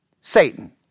Satan